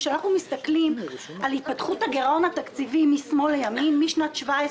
כשאנחנו מסתכלים על התפתחות הגרעון התקציבי משמאל לימין משנת 2017,